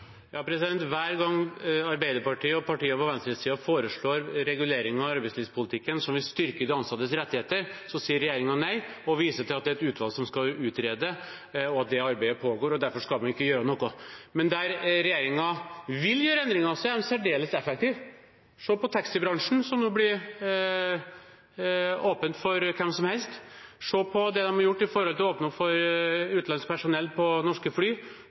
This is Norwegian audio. Hver gang Arbeiderpartiet og partier på venstresiden foreslår regulereringer som vil styrke de ansattes rettigheter, i arbeidslivspolitikken, sier regjeringen nei og viser til at det er et utvalg som skal utrede, at det arbeidet pågår, og at man derfor ikke skal gjøre noe. Men der regjeringen vil gjøre endringer, er de særdeles effektive. Se på taxibransjen, som nå blir åpen for hvem som helst. Se på det de har gjort for å åpne for utenlandsk personell på norske fly.